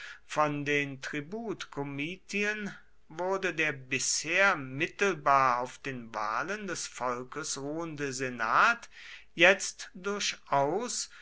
von den tributkomitien wurde der bisher mittelbar auf den wahlen des volkes ruhende senat jetzt durchaus